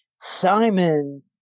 Simon